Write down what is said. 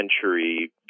century